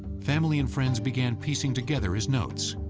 family and friends began piecing together his notes,